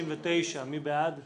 69 מי בעד,